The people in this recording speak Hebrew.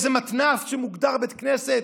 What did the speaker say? באיזה מתנ"ס שמוגדר בית כנסת.